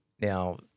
now